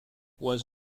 was